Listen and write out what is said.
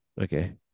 okay